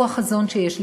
הוא החזון שיש לקיים.